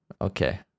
Okay